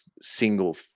single